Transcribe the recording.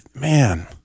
man